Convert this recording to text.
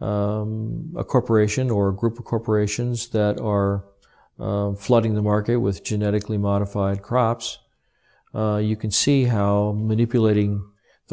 a corporation or group of corporations that are flooding the market with genetically modified crops you can see how manipulating the